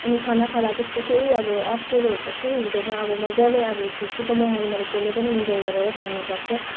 अनि खाना खाँदा त्यस्तो केही अब अफ्ठ्यारोहरू त केही हुँदैन अब मज्जाले अब खुसीको माहोलमा त जसले पनि इन्जोई गरेर खान सक्छ